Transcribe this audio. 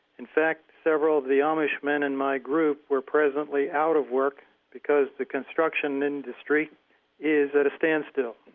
in fact, several of the amish men in my group were presently out of work because the construction industry is at a standstill.